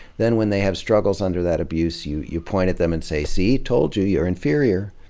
then when they have struggles under that abuse, you you point at them and say, see, told you, you are inferior.